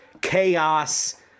chaos